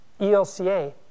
ELCA